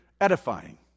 Edifying